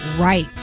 right